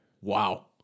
wow